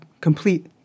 complete